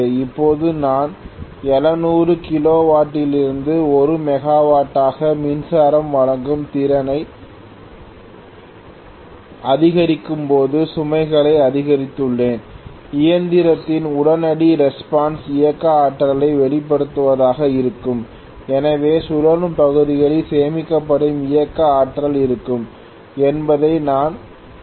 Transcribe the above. இப்போது நான் 700 கிலோவாட்டிலிருந்து 1 மெகாவாட் டாக மின்சாரம் வழங்கும் திறனை அதிகரிக்கும்போது சுமைகளை அதிகரித்துள்ளேன் இயந்திரத்தின் உடனடி ரெஸ்பான்ஸ் இயக்க ஆற்றலை வெளியிடுவதாக இருக்கும் எனவே சுழலும் பகுதிகளில் சேமிக்கப்படும் இயக்க ஆற்றல் இருக்கும் என்பதை நான் காணப்போகிறேன்